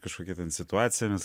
kažkokią situaciją nes